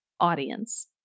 audience